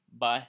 bye